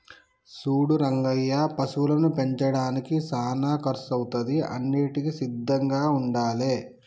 సూడు రంగయ్య పశువులను పెంచడానికి సానా కర్సు అవుతాది అన్నింటికీ సిద్ధంగా ఉండాలే